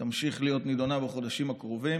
תמשיך להיות נידונה בחודשים הקרובים,